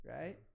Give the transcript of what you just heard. Right